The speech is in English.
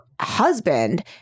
husband